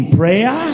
prayer